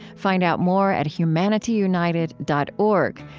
find out more at humanityunited dot org,